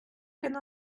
тільки